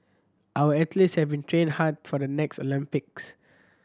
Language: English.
our athletes have been trained hard for the next Olympics